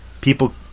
people